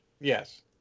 Yes